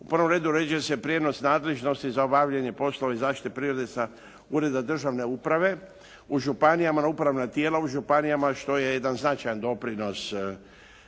U prvom redu uređuje se prijenos nadležnosti za obavljanje poslova i zaštite prirode Ureda državne uprave u županijama, na upravna tijela u županijama što je jedan značajan doprinos